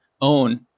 own